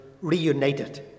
reunited